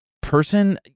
person